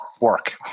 work